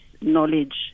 knowledge